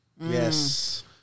Yes